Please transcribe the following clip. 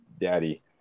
Daddy